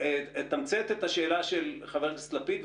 אתמצת את השאלה של חבר הכנסת לפיד,